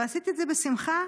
ועשיתי את זה בשמחה,